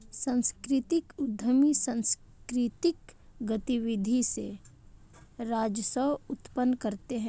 सांस्कृतिक उद्यमी सांकृतिक गतिविधि से राजस्व उत्पन्न करते हैं